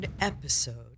episode